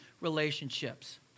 relationships